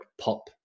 pop